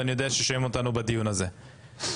ואני יודע ששומעים אותנו בדיון הזה,